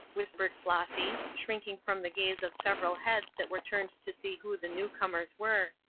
whispered flossy, shrinking from the gaze of several heads that were turned to see who the new comers were.